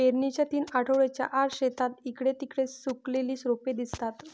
पेरणीच्या तीन आठवड्यांच्या आत, शेतात इकडे तिकडे सुकलेली रोपे दिसतात